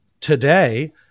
today